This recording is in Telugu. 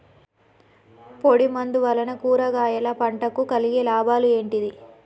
పొడిమందు వలన కూరగాయల పంటకు కలిగే లాభాలు ఏంటిది?